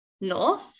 North